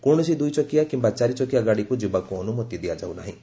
କୌଶସି ଦୁଇ ଚକିଆ କିମ୍ସା ଚାରିଚକିଆ ଗାଡିକୁ ଯିବାକୁ ଅନୁମତି ଦିଆଯାଉନାହିଁ